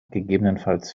gegebenenfalls